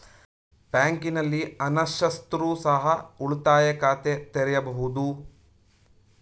ಬ್ಯಾಂಕಿನಲ್ಲಿ ಅನಕ್ಷರಸ್ಥರು ಸಹ ಉಳಿತಾಯ ಖಾತೆ ತೆರೆಯಬಹುದು?